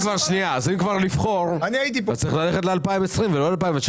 אם כבר לבחור, צריך ללכת ל-2020 ולא ל-2019.